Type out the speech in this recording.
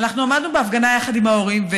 אנחנו עמדנו בהפגנה יחד עם ההורים.